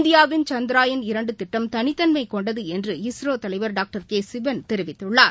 இந்தியாவின் சந்த்ரயான் இரண்டுதிட்டம் தனித்தன்மைகொண்டதுஎன்று இஸ்ரோ தலைவர் டாக்டர் கேசிவன் தெரிவித்துள்ளார்